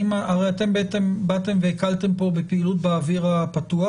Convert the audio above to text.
הרי אתם באתם והקלתם בפעילות באוויר הפתוח,